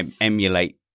emulate